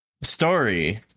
story